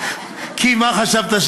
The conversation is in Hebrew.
כי מה חשבת,